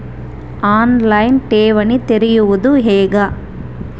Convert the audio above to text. On line ಠೇವಣಿ ತೆರೆಯುವುದು ಹೇಗೆ?